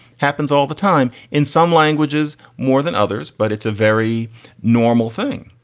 happens all the time. in some languages. more than others. but it's a very normal thing.